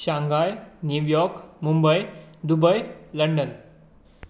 Shanghai New York Mumbai Dubai London